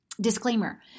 Disclaimer